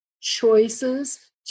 choices